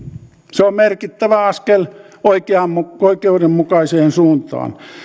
se on merkittävä askel oikeudenmukaiseen suuntaan